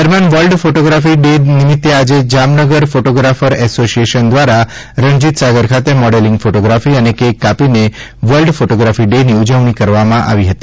દરમ્યાન world photography day નિમિત્તે આજે જામનગર ફોટોગ્રાફર એસોસીએશન દ્વારા રણજીત સાગર ખાતે મોડેલીંગ ફોટોગ્રાફી અને કેક કાપીને વર્લ્ડ ફોટોગ્રાફી ડે ની ઉજવણી કરવામાં આવી હતી